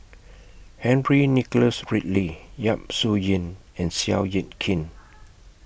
Henry Nicholas Ridley Yap Su Yin and Seow Yit Kin